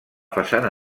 façana